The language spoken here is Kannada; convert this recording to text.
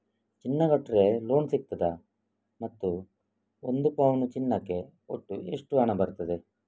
ಚಿನ್ನ ಕೊಟ್ರೆ ಲೋನ್ ಸಿಗ್ತದಾ ಮತ್ತು ಒಂದು ಪೌನು ಚಿನ್ನಕ್ಕೆ ಒಟ್ಟು ಎಷ್ಟು ಹಣ ಬರ್ತದೆ?